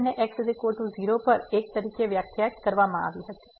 function ને x 0 પર 1 તરીકે વ્યાખ્યાયિત કરવામાં આવી હતી